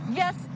yes